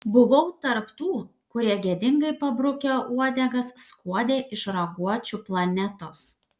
buvau tarp tų kurie gėdingai pabrukę uodegas skuodė iš raguočių planetos